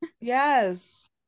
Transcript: yes